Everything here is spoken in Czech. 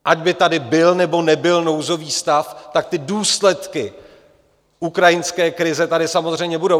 Ať by tady byl, nebo nebyl nouzový stav, tak ty důsledky ukrajinské krize tady samozřejmě budou.